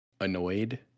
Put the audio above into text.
annoyed